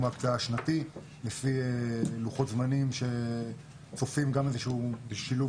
ההקצאה השנתי לפי לוחות זמנים שצופים גם שילוב,